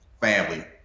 family